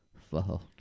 fault